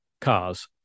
cars